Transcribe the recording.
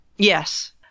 Yes